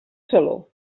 saló